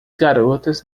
garotas